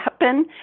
happen